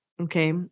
Okay